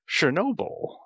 Chernobyl